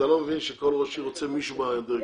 אתה לא מבין שכל ראש עיר רוצה מישהו מהדירקטוריון?